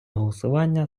голосування